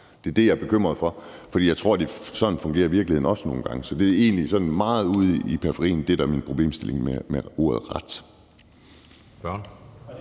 Det er det, jeg er bekymret for, for jeg tror, at sådan fungerer virkeligheden også nogle gange. Så det, der er problemstillingen for mig,